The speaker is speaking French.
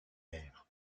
mer